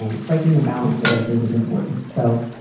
um striking a balance there, i think is important. so,